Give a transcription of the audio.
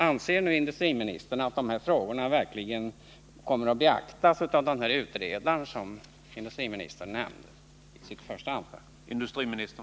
Anser nu industriministern att de här frågorna verkligen kommer att beaktas av den utredare som industriministern nämner i sitt svar?